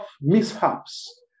mishaps